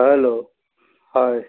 hello হয়